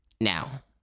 now